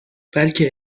بلکه